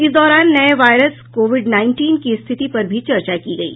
इस दौरान नये वायरस कोविड नाइनटीन की स्थिति पर भी चर्चा की गयी